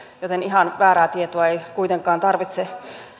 joten ihan väärää tietoa ei kuitenkaan tarvitse